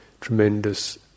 tremendous